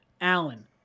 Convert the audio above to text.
Allen